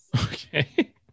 Okay